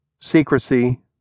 Secrecy